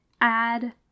add